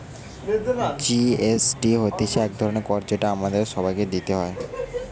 GST হতিছে এক ধরণের কর যেটা আমাদের সবাইকে দিতে হয়